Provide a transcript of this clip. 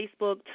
Facebook